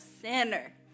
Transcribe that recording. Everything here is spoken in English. sinner